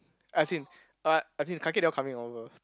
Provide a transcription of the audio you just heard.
as in uh as in Kai-Kiet they all coming over